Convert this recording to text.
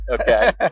Okay